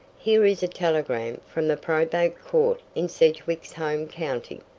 here is a telegram from the probate court in sedgwick's home county,